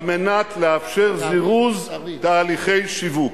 על מנת לאפשר זירוז תהליכי שיווק.